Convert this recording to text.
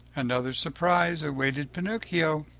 another surprise awaited pinocchio!